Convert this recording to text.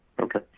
Okay